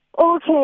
Okay